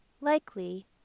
likely